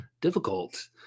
difficult